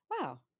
wow